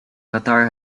qatar